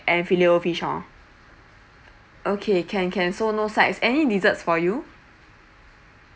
and filet-o-fish hor okay can can so no sides any desserts for you